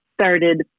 started